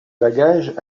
bagages